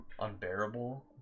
unbearable